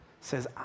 says